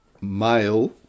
male